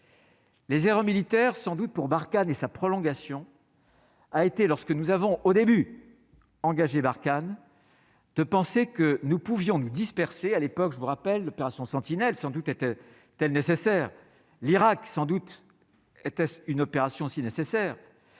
Les héros militaire sans doute pour Barkhane et sa prolongation a été lorsque nous avons au début engagées Barkhane de penser que nous pouvions nous disperser à l'époque, je vous rappelle l'opération Sentinelle sans doute était telle nécessaire l'Irak sans doute était-ce une opération si nécessaire